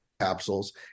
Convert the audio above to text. capsules